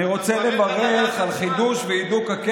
אתה מברך על העלאת החשמל?